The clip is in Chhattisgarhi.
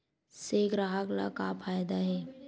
से ग्राहक ला का फ़ायदा हे?